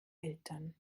eltern